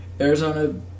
Arizona